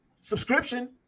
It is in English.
subscription